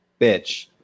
bitch